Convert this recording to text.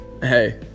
hey